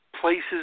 places